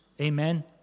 Amen